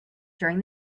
during